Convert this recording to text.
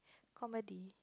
comedy